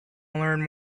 learn